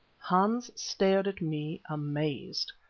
hans stared at me amazed.